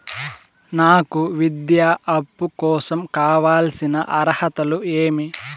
నాకు విద్యా అప్పు కోసం కావాల్సిన అర్హతలు ఏమి?